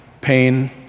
pain